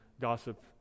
gossip